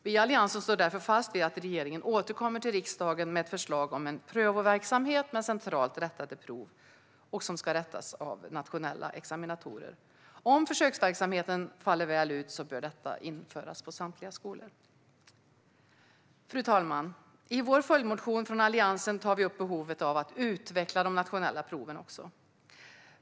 Vi i Alliansen står därför fast vid att regeringen ska återkomma till riksdagen med ett förslag om en prövoverksamhet med centralt rättade prov som rättas av nationella examinatorer. Om försöksverksamheten faller väl ut bör detta införas i samtliga skolor. Fru talman! I vår följdmotion från Alliansen tar vi upp behovet av att utveckla de nationella proven.